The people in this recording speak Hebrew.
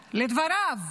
לדבריו,